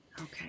Okay